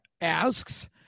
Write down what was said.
asks